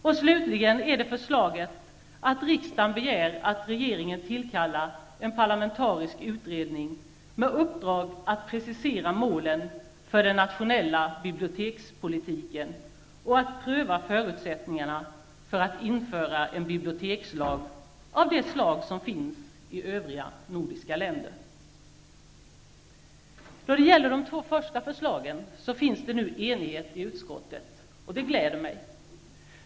För det fjärde föreslås att riksdagen skall begära att regeringen tillkallar en parlamentarisk utredning med uppdrag att precisera målen för den nationella bibliotekspolitiken och att pröva förutsättningarna för att införa en bibliotekslag av det slag som finns i övriga nordiska länder. När det gäller de två första förslagen har det nu uppnåtts enighet i utskottet, och det gläder mig.